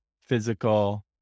physical